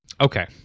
Okay